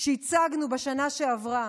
שהצגנו בשנה שעברה,